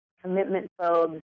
commitment-phobes